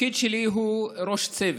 התפקיד שלי הוא ראש צוות.